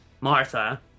Martha